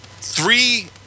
three